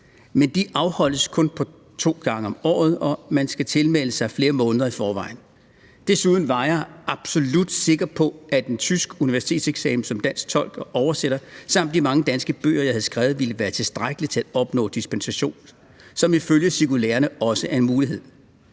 Men de afholdes kun to gange om året, og man skal tilmelde sig flere måneder i forvejen. Desuden var jeg absolut sikker på, at en tysk universitetseksamen som dansk tolk og oversætter samt de mange danske bøger, jeg havde skrevet, ville være tilstrækkelige til at opnå dispensation – som ifølge cirkulærerne også er en mulighed.